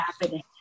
happening